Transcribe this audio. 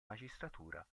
magistratura